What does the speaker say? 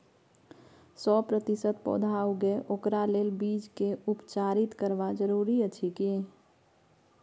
सौ प्रतिसत पौधा उगे ओकरा लेल बीज के उपचारित करबा जरूरी अछि की?